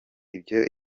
ibyo